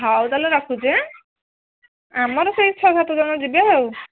ହଉ ତାହେଲେ ରଖୁଛି ଆଁ ଆମର ସେଇ ଛଅ ସାତ ଜଣ ଯିବେ ଆଉ